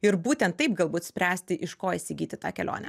ir būtent taip galbūt spręsti iš ko įsigyti tą kelionę